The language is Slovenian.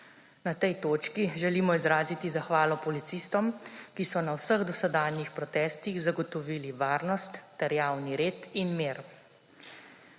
Na tej točki želimo izraziti zahvalo policistom, ki so na vseh dosedanjih protestih zagotovili varnost ter javni red in mir.